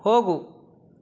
ಹೋಗು